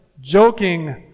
joking